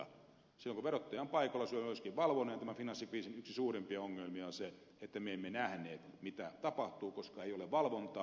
silloin kun verottaja on paikalla se on myöskin valvojana ja tämän finanssikriisin yksi suurimpia ongelmia on se että me emme nähneet mitä tapahtuu koska ei ole valvontaa